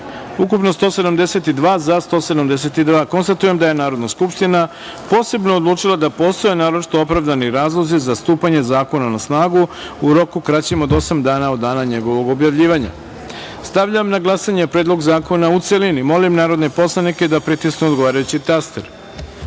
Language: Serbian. ukupno – 172, za – 172.Konstatujem da je Narodna skupština posebno odlučila da postoje naročito opravdani razlozi za stupanje zakona na snagu u roku kraćem od osam dana od dana njegovog objavljivanja. Stavljam na glasanje Predlog zakona, u celini. Molim narodne poslanike da pritisnu odgovarajući